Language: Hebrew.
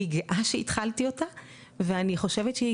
אני גאה שהתחלתי אותה ואני חושבת שהיא